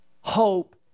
hope